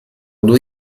due